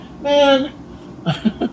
Man